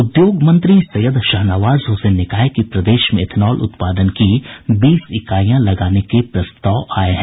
उद्योग मंत्री सैयद शाहनवाज हुसैन ने कहा है कि प्रदेश में एथनॉल उत्पादन की बीस इकाइयां लगाने के प्रस्ताव आये हैं